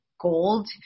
gold